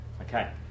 Okay